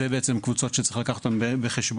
אלה הקבוצות צריך לקחת אותן בחשבון.